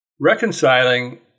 Reconciling